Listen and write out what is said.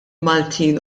maltin